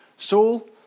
Saul